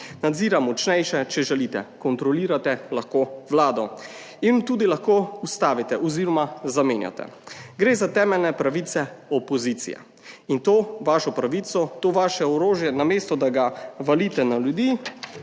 Nadzira močnejše, če želite, kontrolirate lahko Vlado in tudi lahko ustavite oziroma zamenjate. Gre za temeljne pravice opozicije in to vašo pravico, to vaše orožje namesto, da ga valite na ljudi,